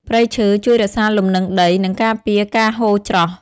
ព្រៃឈើជួយរក្សាលំនឹងដី និងការពារការហូរច្រោះ។